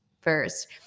first